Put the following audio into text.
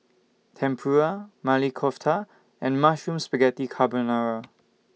Tempura Maili Kofta and Mushroom Spaghetti Carbonara